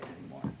anymore